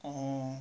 mm